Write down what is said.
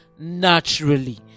naturally